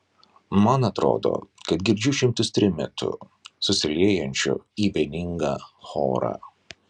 man atrodo kad girdžiu šimtus trimitų susiliejančių į vieningą chorą